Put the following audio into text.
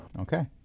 Okay